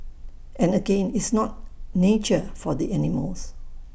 and again and it's not nature for the animals